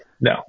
no